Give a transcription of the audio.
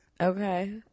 Okay